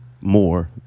More